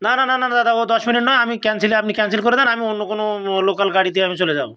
না না না না দাদা ও দশ মিনিট নয় আমি ক্যানসেলই আপনি ক্যানসেল করে দিন আমি অন্য কোনো ও লোকাল গাড়িতে আমি চলে যাব